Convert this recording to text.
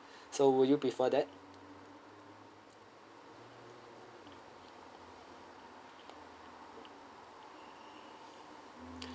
so would you prefer that